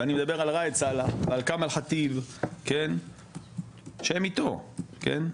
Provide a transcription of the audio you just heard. ואני מדבר על ראאד סלאח ועל כמאל חטיב כן שהם איתו כן,